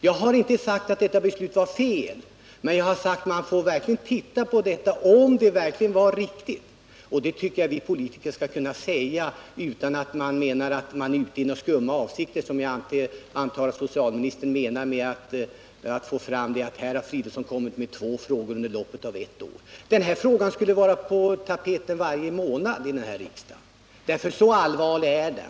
Jag har inte sagt att beslutet var felaktigt, men jag har sagt att man måste undersöka om det verkligen var riktigt. Det tycker jag vi politiker skall kunna säga utan att bli misstänkta för att vara ute i några skumma avsikter. Jag antar att det var detta socialministern menade med talet om att jag ställt två frågor under loppet av ett år. Den här frågan borde vara på tapeten varje månad i riksdagen. Så allvarlig är den.